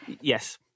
Yes